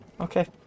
Okay